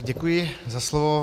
Děkuji za slovo.